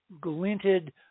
glinted